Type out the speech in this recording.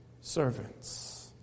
servants